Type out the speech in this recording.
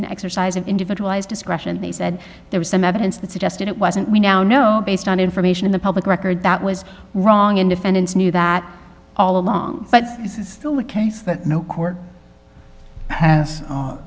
an exercise of individualized discretion they said there was some evidence that suggested it wasn't we now know based on information in the public record that was wrong and defendants knew that all along but it's still the case that no court